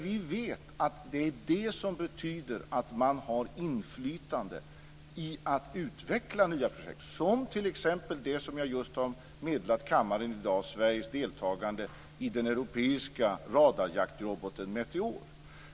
Vi vet att det är det som betyder att man har inflytande i att utveckla nya projekt såsom t.ex. det som jag just har meddelat kammaren i dag, nämligen Sveriges deltagande i den europeiska radarjaktroboten Meteor.